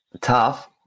tough